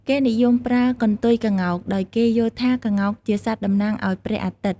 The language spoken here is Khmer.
គេនិយមប្រើកន្ទុយក្ងោក ដោយគេយល់ថាក្ងោកជាសត្វតំណាងឱ្យព្រះអាទិត្យ។